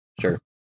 Sure